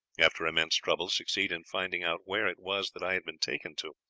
after immense trouble, succeed in finding out where it was that i had been taken to.